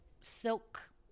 silk